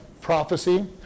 prophecy